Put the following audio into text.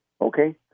Okay